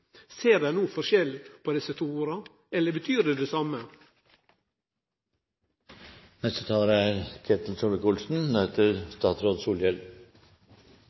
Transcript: ser dei no forskjell på desse to orda, eller betyr dei det same? Det som representanten Grimstad tok opp her, er